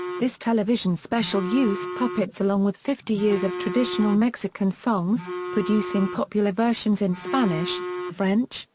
this television special used puppets along with fifty-years of traditional mexican songs, producing popular versions in spanish, french,